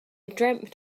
dreamt